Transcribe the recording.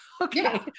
okay